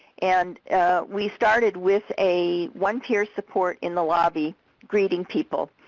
and we started with a one peer support in the lobby greeting people,